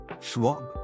Schwab